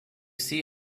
see